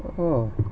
oh